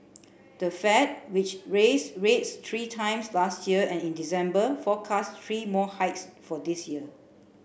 the Fed which raised rates three times last year and in December forecast three more hikes for this year